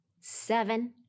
seven